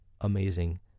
amazing